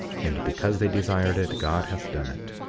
and because they desired it god hath done it,